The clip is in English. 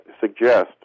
suggest